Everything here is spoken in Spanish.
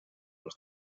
los